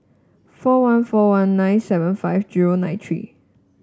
four one four one nine seven five zero nine three